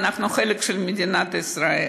ואנחנו חלק ממדינת ישראל.